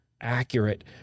accurate